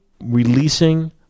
releasing